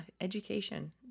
education